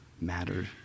mattered